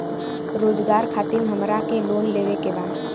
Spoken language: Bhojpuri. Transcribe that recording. रोजगार खातीर हमरा के लोन लेवे के बा?